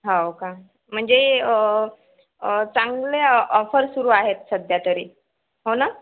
हो का म्हणजे चांगल्या ऑफर सुरू आहेत सध्यातरी हो ना